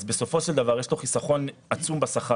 אז בסופו של דבר יש לו חסכון עצום בשכר.